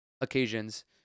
occasions